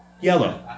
Yellow